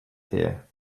there